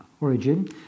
origin